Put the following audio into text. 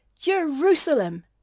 Jerusalem